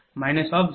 u